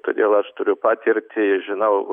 todėl aš turiu patirtį žinau